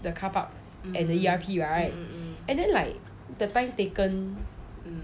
the car park and the E_R_P right and then like the time taken